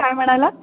काय म्हणालात